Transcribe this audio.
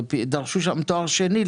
דרשו תואר שני,